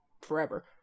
forever